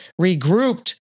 regrouped